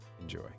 Enjoy